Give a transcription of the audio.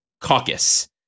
caucus